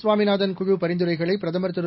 சுவாமிநாதன் குழு பரிந்துரைகளை பிரதமர் திரு